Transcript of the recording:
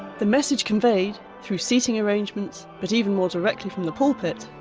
the message conveyed through seating arrangements, but even more directly from the pulpit,